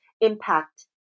impact